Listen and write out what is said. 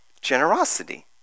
generosity